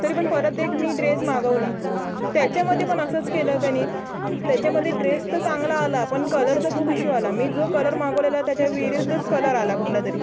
तरी पण परत एक मी ड्रेस मागवला त्याच्यामध्ये पण असंच केलं त्यानी त्याच्यामध्ये ड्रेस तर चांगला आला पण कलरचा खूप इशू आला मी जो कलर मागवलेला त्याच्या विरिद्धच कलर आला कुठला तरी